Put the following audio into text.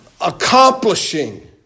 accomplishing